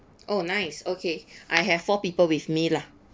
oh nice okay I have four people with me lah